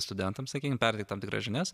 studentams sakykim perteikt tam tikras žinias